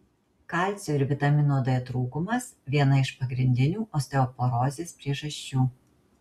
kalcio ir vitamino d trūkumas viena iš pagrindinių osteoporozės priežasčių